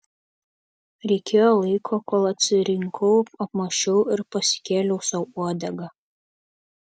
reikėjo laiko kol atsirinkau apmąsčiau ir pasikėliau sau uodegą